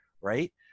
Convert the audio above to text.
right